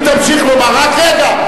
אם תמשיך לומר, אדוני היושב-ראש, רק רגע.